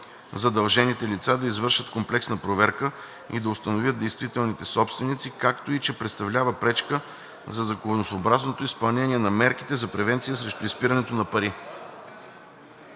задължените лица да извършат комплексна проверка и да установят действителните собственици, както и че представлява пречка за законосъобразното изпълнение на мерките за превенция срещу изпирането на пари.